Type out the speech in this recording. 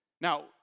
Now